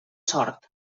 sort